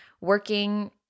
working